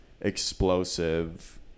explosive